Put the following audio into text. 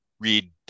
read